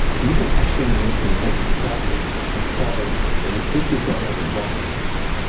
you can actually make the most profits with products in the fifty dollars and above range.